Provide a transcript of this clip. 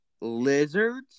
lizards